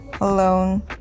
alone